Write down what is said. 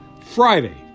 Friday